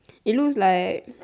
it looks like